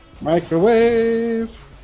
Microwave